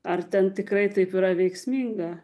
ar ten tikrai taip yra veiksminga